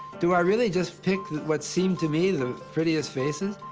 do i really just pick what seem to me the prettiest faces?